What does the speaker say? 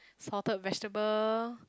salted vegetable